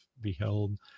beheld